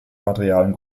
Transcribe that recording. materialien